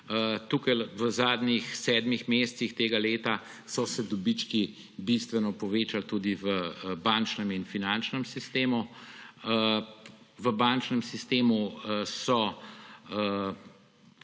trgih. V zadnjih sedmih mesecih tega leta so se dobički bistveno povečali tudi v bančnem in finančnem sistemu. V bančnem sistemu so